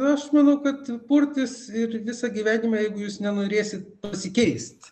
aš manau kad purtys ir visą gyvenimą jeigu jūs nenorėsit pasikeist